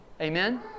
Amen